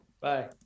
Bye